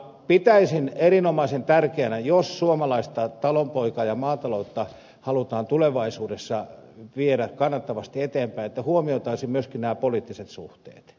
pitäisin erinomaisen tärkeänä jos suomalaista talonpoikaa ja maataloutta halutaan tulevaisuudessa viedä kannattavasti eteenpäin että huomioitaisiin myöskin nämä poliittiset suhteet